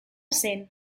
zen